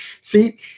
see